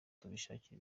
tubishakire